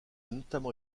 notamment